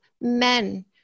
men